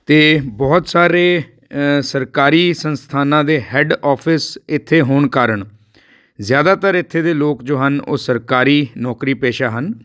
ਅਤੇ ਬਹੁਤ ਸਾਰੇ ਅ ਸਰਕਾਰੀ ਸੰਸਥਾਨਾਂ ਦੇ ਹੈਡ ਔਫਿਸ ਇੱਥੇ ਹੋਣ ਕਾਰਨ ਜ਼ਿਆਦਾਤਰ ਇੱਥੇ ਦੇ ਲੋਕ ਜੋ ਹਨ ਉਹ ਸਰਕਾਰੀ ਨੌਕਰੀ ਪੇਸ਼ਾ ਹਨ